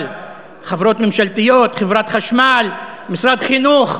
אבל חברות ממשלתיות, חברת החשמל, משרד החינוך,